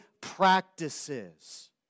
practices